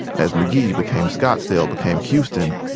as magee became scottsdale became houston,